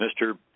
Mr